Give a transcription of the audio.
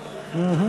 40(24)